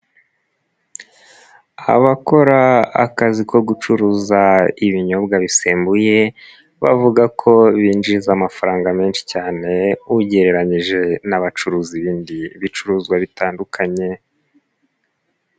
Abakora akazi ko gucuruza ibinyobwa bisembuye bavuga ko binjiza amafaranga menshi cyane ugereranyije n'abacuruza ibindi bicuruzwa bitandukanye.